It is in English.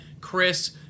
Chris